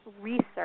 research